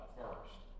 first